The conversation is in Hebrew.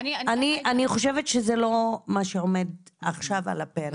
אני חושבת שזה לא מה שעומד עכשיו על הפרק.